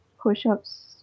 push-ups